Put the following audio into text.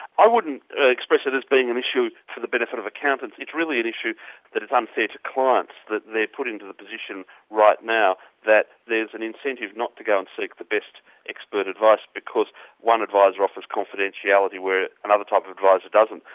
i wouldn't express it as being an issue for the benefit of accountants. it's really an issue that is um unfair to clients, that they're put into the position right now that there's an incentive not to go and seek the best expert advice, because one adviser offers confidentiality where another type of adviser doesn't.